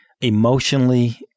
emotionally